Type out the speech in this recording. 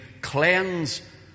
cleanse